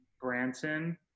Branson